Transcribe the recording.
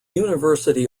university